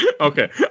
okay